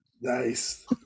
Nice